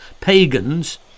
pagans